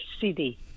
city